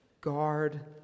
Guard